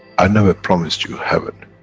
i never promised you heaven,